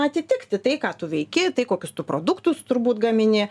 atitikti tai ką tu veiki tai kokius produktus turbūt gamini